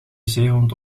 zeehond